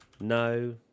No